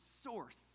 source